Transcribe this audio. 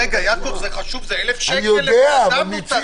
יעקב, זה חשוב, זה 1,000 שקל לאדם.